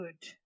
good